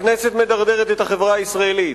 הכנסת מדרדרת את החברה הישראלית.